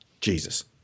Jesus